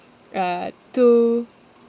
uh two